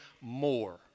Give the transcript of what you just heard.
more